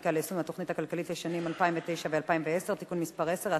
חקיקה ליישום התוכנית הכלכלית לשנים 2009 ו-2010) (תיקון מס' 10),